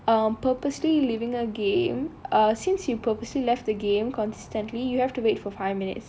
um purposely leaving a game err since you purposely left the game consistently you have to wait for five minutes